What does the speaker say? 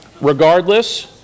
Regardless